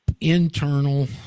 internal